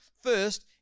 first